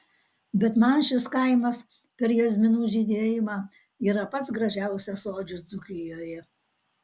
bet man šis kaimas per jazminų žydėjimą yra pats gražiausias sodžius dzūkijoje